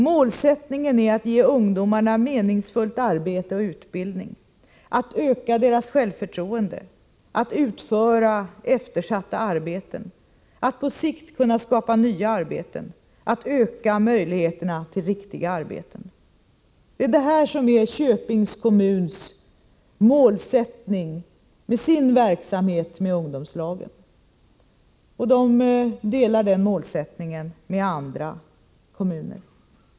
Målsättningen är att ge ungdomarna meningsfullt arbete och utbildning, — att öka deras självförtroende, — att utföra eftersatta arbeten, — att på sikt kunna skapa nya arbeten, — att öka möjligheterna till ”riktiga” arbeten.” Detta har alltså Köpings kommun som målsättning för sin verksamhet med ungdomslagen. Den målsättningen har Köping gemensam med många andra kommuner.